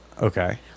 Okay